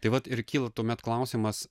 tai vat ir kyla tuomet klausimas